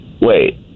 Wait